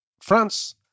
France